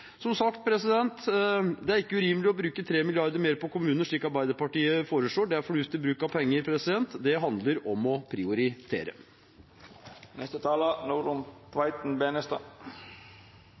Som sagt: Det er ikke urimelig å bruke 3 mrd. kr mer på kommunene, slik Arbeiderpartiet foreslår. Det er fornuftig bruk av penger. Det handler om å